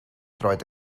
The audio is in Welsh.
droed